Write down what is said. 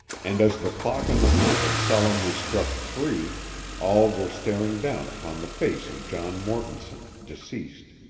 and as the clock on the mantel solemnly struck three all were staring down upon the face of john mortonson, deceased.